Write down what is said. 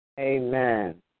Amen